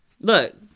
Look